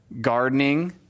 gardening